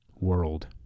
world